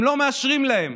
הם לא מאשרים להם.